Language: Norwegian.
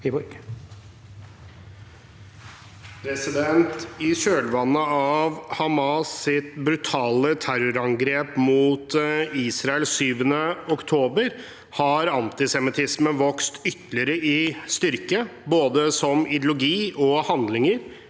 I kjølvannet av Ha- mas’ brutale terrorangrep mot Israel 7. oktober har antisemittismen vokst ytterligere i styrke, både som ideologi og handlinger,